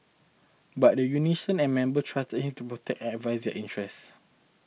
but the union and member trusted him to protect advance their interests